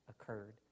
occurred